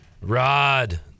Rod